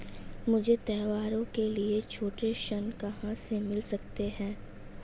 मुझे त्योहारों के लिए छोटे ऋृण कहां से मिल सकते हैं?